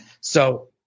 So-